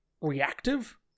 reactive